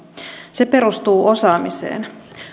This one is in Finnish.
se perustuu osaamiseen